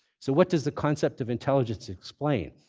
so what does the concept of intelligence explain?